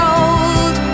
old